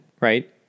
right